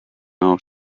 auch